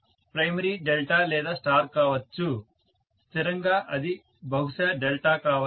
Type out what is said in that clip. primary delta లేదా star కావచ్చు స్థిరంగా అది బహుశా డెల్టా కావచ్చు